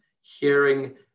hearing